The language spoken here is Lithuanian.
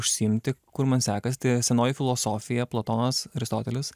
užsiimti kur man sekas tai senoji filosofija platonas aristotelis